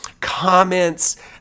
comments